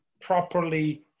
properly